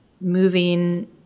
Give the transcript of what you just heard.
moving